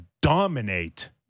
dominate